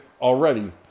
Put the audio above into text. already